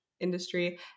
industry